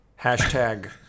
hashtag